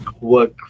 work